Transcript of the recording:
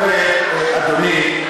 לא, לא, זה לא דיאלוג.